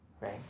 right